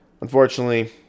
unfortunately